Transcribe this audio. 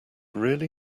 really